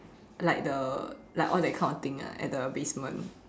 like the like all that kind of thing ah at the basement